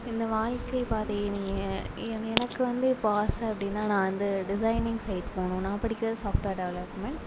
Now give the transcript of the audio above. இந்த வாழ்க்கை பாதையை எனக்கு வந்து இப்போ ஆசை அப்படினா நான் வந்து டிசைனிங் சைடு போகணும்னு நான் படிக்கிறது சாஃப்ட்வேர் டெவலப்மென்ட்